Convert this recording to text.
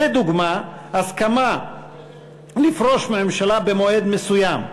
לדוגמה, הסכמה לפרוש מהממשלה במועד מסוים,